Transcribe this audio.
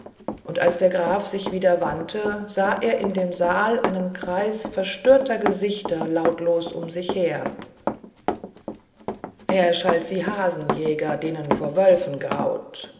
und als der graf sich wieder wandte sah er in dem saal einen kreis verstörter gesichter lautlos um sich her er schalt sie hasenjäger denen vor wölfen graute